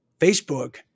Facebook